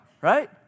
Right